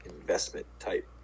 investment-type